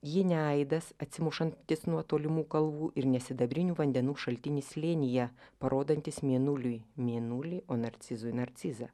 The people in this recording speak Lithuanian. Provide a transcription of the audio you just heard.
ji ne aidas atsimušantis nuo tolimų kalvų ir ne sidabrinių vandenų šaltinis slėnyje parodantis mėnuliui mėnulį o narcizui narcizą